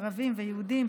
ערבים ויהודים,